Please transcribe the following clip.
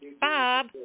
Bob